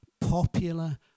popular